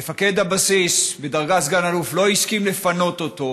מפקד הבסיס בדרגת סגן אלוף לא הסכים לפנות אותו.